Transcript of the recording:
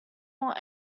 more